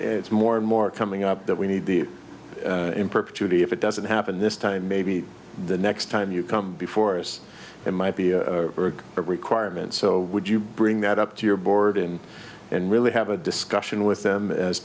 up it's more and more coming up that we need the importunity if it doesn't happen this time maybe the next time you come before us it might be a requirement so would you bring that up to your board and and really have a discussion with them as